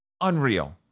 unreal